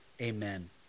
Amen